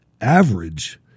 average